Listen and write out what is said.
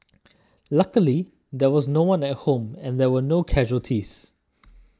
luckily there was no one at home and there were no casualties